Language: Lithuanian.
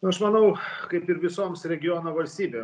nu aš manau kaip ir visoms regiono valstybėm